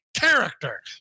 character